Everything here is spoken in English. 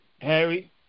Harry